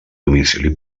domicili